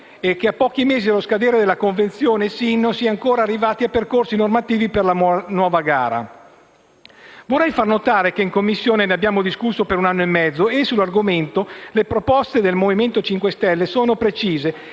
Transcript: A pochi mesi dallo scadere della convenzione del SIN, non si è ancora arrivati a percorsi normativi per la nuova gara. Vorrei far notare che in Commissione ne abbiamo discusso per un anno e mezzo e sull'argomento le proposte del Movimento 5 Stelle sono precise